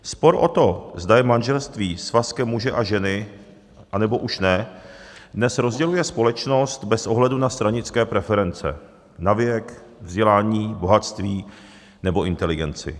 Spor o to, zda je manželství svazkem muže a ženy, anebo už ne, dnes rozděluje společnost bez ohledu na stranické preference, na věk, vzdělání, bohatství nebo inteligenci.